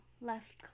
left